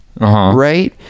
right